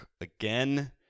again